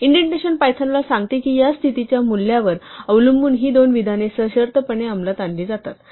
indentation पायथनला सांगते की या स्थितीच्या मूल्यावर अवलंबून ही दोन विधाने सशर्तपणे अंमलात आणली जातात